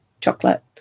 chocolate